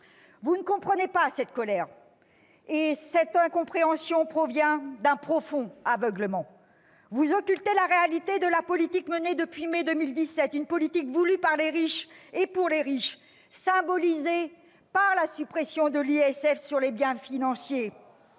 Vous ne comprenez pas cette colère ; cette incompréhension résulte d'un profond aveuglement. Vous occultez la réalité de la politique menée depuis mai 2017, une politique voulue par les riches pour les riches, symbolisée par la suppression de l'ISF sur les biens financiers.